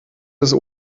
des